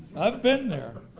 i've been there.